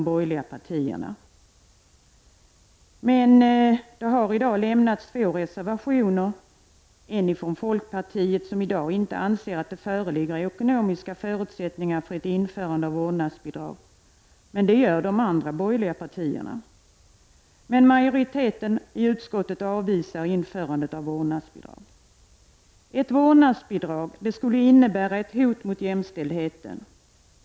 Folkpartiet har däremot fogat en egen reservation till betänkandet där det sägs att det i dag inte föreligger ekonomiska förutsättningar för ett införande av vårdnadsbidrag. Däremot anser de andra borgerliga partierna att dessa ekonomiska förutsättningar föreligger. Men majoriteten i utskottet avvisar införande av vårdnadsbidrag. Ett vårdnadsbidrag skulle innebära ett hot mot jämställdheten.